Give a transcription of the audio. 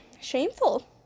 Shameful